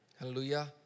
Hallelujah